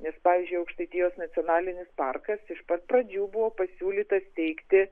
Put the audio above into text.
nes pavyzdžiui aukštaitijos nacionalinis parkas iš pat pradžių buvo pasiūlytas steigti